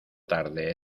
tarde